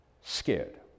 scared